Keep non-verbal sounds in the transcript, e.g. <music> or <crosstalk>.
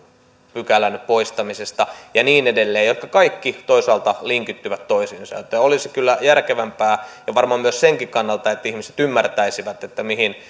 pykälän poistamisesta ja niin edelleen jotka kaikki toisaalta linkittyvät toisiinsa joten olisi kyllä järkevämpää varmaan myös sen kannalta että ihmiset ymmärtäisivät mihin <unintelligible>